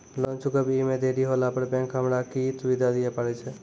Loan चुकब इ मे देरी होला पर बैंक हमरा की सुविधा दिये पारे छै?